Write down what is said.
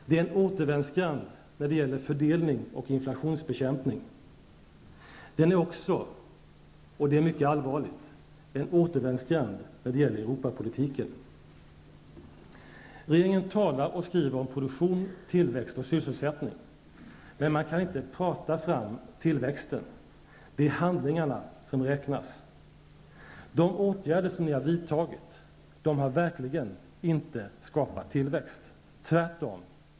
Den är en återvändsgränd när det gäller fördelning och inflationsbekämpning. -- Den är också -- och det är mycket allvarligt -- en återvändsgränd när det gäller Europapolitiken. Regeringen talar och skriver om produktion, tillväxt och sysselsättning. Men man kan inte prata fram tillväxten. Det är handlingarna som räknas. De åtgärder som ni har vidtagit har verkligen inte skapat tillväxt, tvärtom.